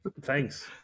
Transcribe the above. thanks